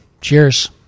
Cheers